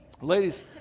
Ladies